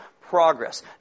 Progress